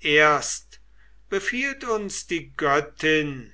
erst befiehlt uns die göttin